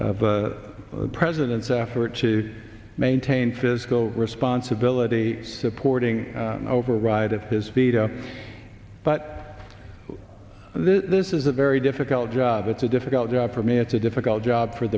e president's efforts to maintain fiscal responsibility supporting an override of his veto but this is a very difficult job it's a difficult job for me it's a difficult job for